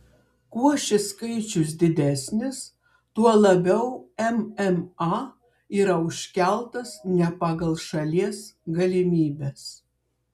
kuo šis skaičius didesnis tuo labiau mma yra užkeltas ne pagal šalies galimybes